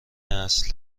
اصل